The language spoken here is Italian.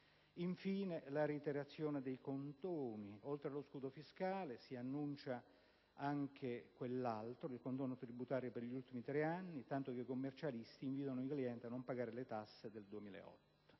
Infine, la reiterazione dei condoni. Oltre allo scudo fiscale si annuncia il condono tributario per gli ultimi tre anni, tanto che i commercialisti invitano i propri clienti a non pagare le tasse per il 2008.